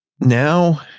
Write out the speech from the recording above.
now